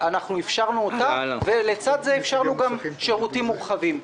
אפשרנו אותה, ולצד זה אפשרנו גם שירותים מורחבים.